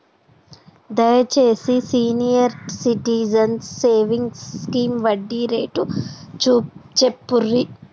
దయచేసి senior citizens savings scheme వడ్డీ rate చెప్పుర్రి